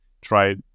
try